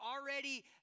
already